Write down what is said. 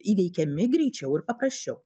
įveikiami greičiau ir paprasčiau